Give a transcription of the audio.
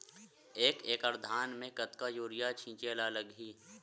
एक एकड़ धान में कतका यूरिया छिंचे ला लगही?